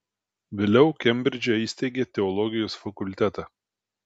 vėliau kembridže įsteigė teologijos fakultetą